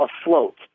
afloat